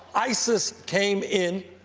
isis came in,